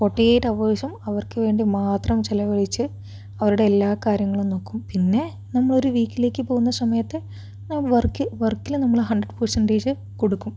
forty eight അവേഴ്സും അവർക്കു വേണ്ടി മാത്രം ചിലവഴിച്ച് അവരുടെ എല്ലാ കാര്യങ്ങളും നോക്കും പിന്നെ നമ്മൾ ഒരു വീക്കിലേയ്ക്കു പോകുന്ന സമയത്ത് നാം വർക്ക് വർക്കിൽ നമ്മൾ ഹണ്ട്രഡ് പെർസന്റ്റേജ് കൊടുക്കും